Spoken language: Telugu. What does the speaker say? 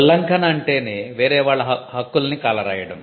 ఉల్లంఘన అంటేనే వేరే వాళ్ళ హక్కుల్ని కాలరాయడం